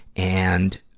and,